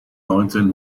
neunzehn